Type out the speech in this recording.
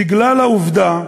כי א.